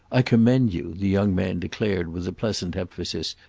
i commend you, the young man declared with a pleasant emphasis,